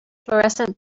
florescent